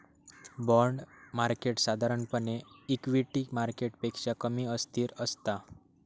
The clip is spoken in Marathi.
बाँड मार्केट साधारणपणे इक्विटी मार्केटपेक्षा कमी अस्थिर असता